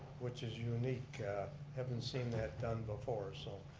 which is unique i haven't seen that done before. so,